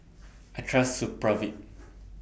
I Trust Supravit